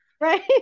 right